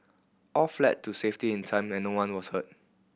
all fled to safety in time and no one was hurt